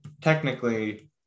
technically